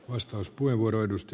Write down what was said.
arvoisa puhemies